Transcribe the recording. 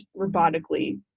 robotically